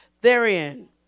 therein